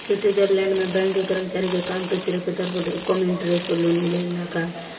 Switzerland में bank के कर्मचारी के काम के श्रेय के तौर पर कम इंटरेस्ट पर लोन मिलेला का?